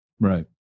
Right